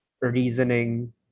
reasoning